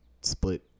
split